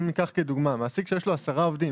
אם ניקח כדוגמה מעסיק שיש לו 10 עובדים,